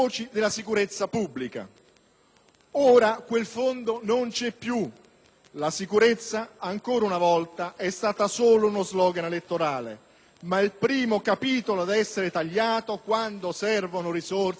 Ora quel fondo non c'è più. La sicurezza ancora una volta è stata solo uno slogan elettorale. Ma il primo capitolo ad essere tagliato, quando servono risorse, è quello